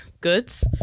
goods